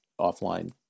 offline